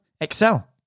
excel